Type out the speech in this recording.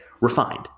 refined